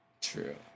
True